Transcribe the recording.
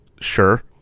sure